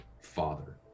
father